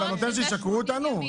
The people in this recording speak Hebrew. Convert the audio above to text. אתה נותן שישקרו אותנו?